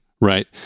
Right